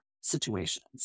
situations